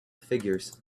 figures